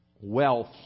Wealth